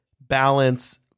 balance